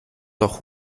doch